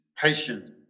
patience